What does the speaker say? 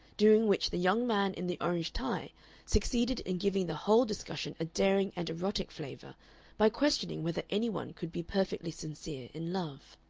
during which the young man in the orange tie succeeded in giving the whole discussion a daring and erotic flavor by questioning whether any one could be perfectly sincere in love.